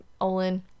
Olin